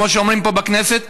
כמו שאומרים פה בכנסת,